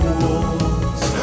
walls